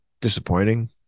disappointing